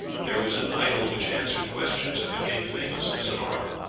there was an idol which answered questions and became famous as an oracle.